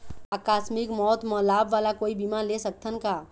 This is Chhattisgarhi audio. आकस मिक मौत म लाभ वाला कोई बीमा ले सकथन का?